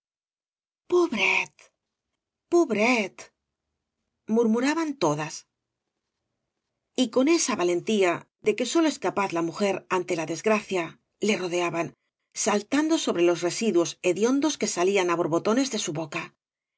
pobret pobretf murniuraban todas y con esa valentía de que sólo es capaz la mujer ante la desgracia ie rodeaban saltando sobre les residuos hediondos que bailan á borbotones de su boca